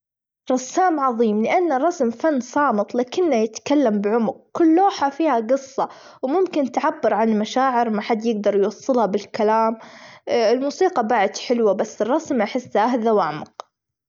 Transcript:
رسام عظيم لأن الرسم فن صامت، لكنه يتكلم بعمج كل لوحة فيها جصة، وممكن تعبر عن مشاعر ما حد يجدر يوصلها بالكلام ،الموسيقى بعد حلوة بس الرسم أحسه أهدى، وأعمق.